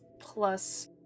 plus